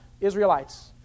Israelites